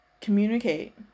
communicate